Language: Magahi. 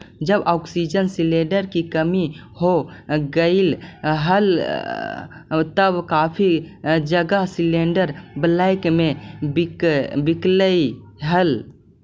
जब ऑक्सीजन सिलेंडर की कमी हो गईल हल तब काफी जगह सिलेंडरस ब्लैक में बिकलई हल